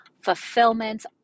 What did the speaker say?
fulfillment